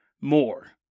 more